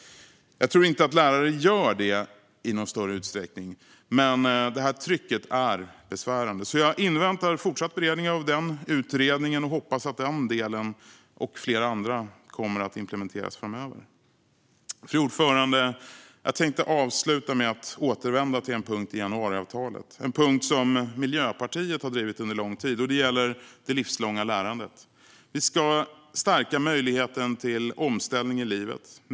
Jag tror inte att lärare gör det i någon större utsträckning, men trycket är besvärande. Jag inväntar alltså fortsatt beredning av utredningen och hoppas att den delen och flera andra kommer att implementeras framöver. Fru talman! Jag tänkte avsluta med att återvända till en punkt i januariavtalet - en punkt som Miljöpartiet har drivit under lång tid. Det gäller det livslånga lärandet. Vi ska stärka möjligheten till omställning i livet.